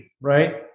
right